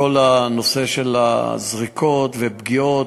הזריקות והפגיעות.